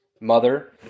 mother